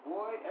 Boy